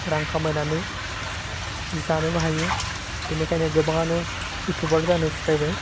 रां खामायनानै जानोबो हायो बिनिखायनो गोबाङानो इउटुबार जानो सिखायबाय